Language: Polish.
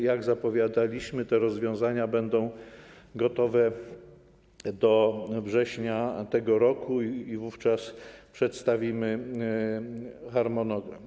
Jak zapowiadaliśmy, te rozwiązania będą gotowe do września tego roku i wówczas przedstawimy harmonogram.